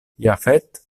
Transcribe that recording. jafet